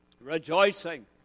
rejoicing